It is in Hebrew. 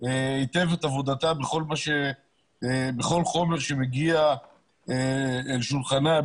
היטב את עבודתה בכל חומר שמגיע אל שולחנה,